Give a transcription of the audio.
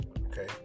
okay